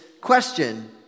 question